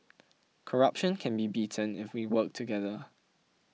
corruption can be beaten if we work together